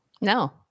No